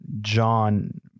John